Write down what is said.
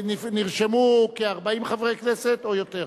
נרשמו כ-40 חברי כנסת, או יותר,